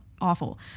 awful